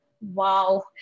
wow